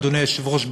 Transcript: אדוני היושב-ראש,